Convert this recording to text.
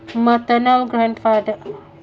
maternal grandfather